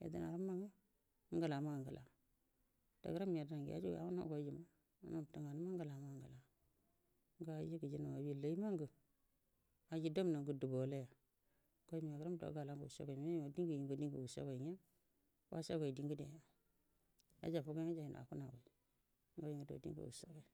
yadənaramwa nga ngula manga ngula dgaran yadəna ngu yajugu yawuru hugoi juma nabtu nganuwa ngla mangu ngula ngu aji gajinau abi layi mangu aji damnau ngu dubuwal maya kani yagram do dingu dau wushagai washa goi di ngudeya yajafugoi nga jainauwa funagai ngai ma do dingu wushagoi.